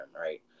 right